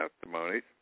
testimonies